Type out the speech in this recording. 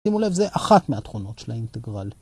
שימו לב זה אחת מהתכונות של האינטגרל.